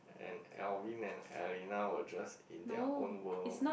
and Alvin and Alina were just in their own world